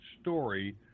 story